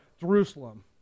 Jerusalem